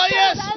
yes